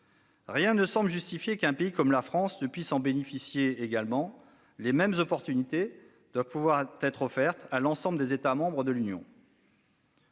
Rien ne semble expliquer qu'un pays comme la France ne puisse en bénéficier également. Les mêmes opportunités doivent pouvoir être offertes à l'ensemble des États membres de l'Union